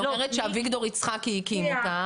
היא אומרת שאביגדור יצחקי הקים אותה.